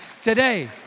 today